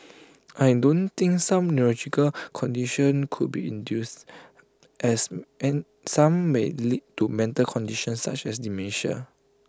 I don't think some neurological conditions could be induce as an some may lead to mental conditions such as dementia